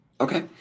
Okay